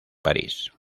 parís